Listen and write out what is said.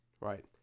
Right